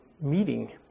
meeting